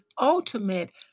ultimate